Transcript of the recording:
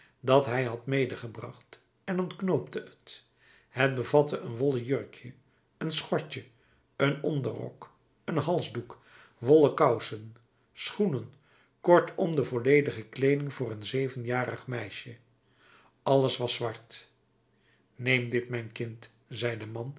dat hij had medegebracht en ontknoopte het het bevatte een wollen jurkje een schortje een onderrok een halsdoek wollen kousen schoenen kortom de volledige kleeding voor een zevenjarig meisje alles was zwart neem dit mijn kind zei de man